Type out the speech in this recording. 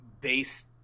base